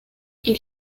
ils